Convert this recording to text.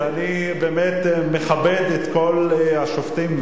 ואני באמת מכבד את כל השופטים,